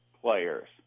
players